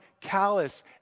callous